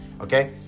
okay